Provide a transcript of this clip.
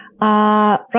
Right